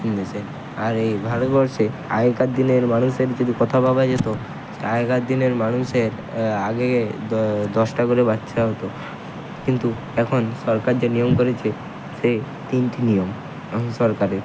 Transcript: চিন দেশে আর এই ভারতবর্ষে আগেকার দিনের মানুষের যদি কথা ভাবা যেতো সে আগেকার দিনের মানুষের আগে দশটা করে বাচ্ছা হতো কিন্তু এখন সরকার যা নিয়ম করেছে সেই তিনটি নিয়ম এখন সরকারের